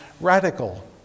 radical